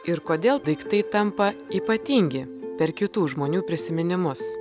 ir kodėl daiktai tampa ypatingi per kitų žmonių prisiminimus